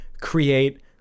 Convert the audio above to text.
create